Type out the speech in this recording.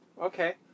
Okay